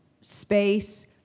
space